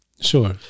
Sure